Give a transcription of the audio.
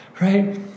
Right